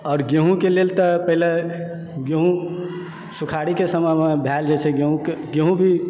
आओर गेहूँके लेल तऽ पहिले गेहूँ सुखाड़ीके समयमे भए जाइत छै गेहूँ भी